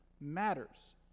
matters